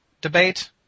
debate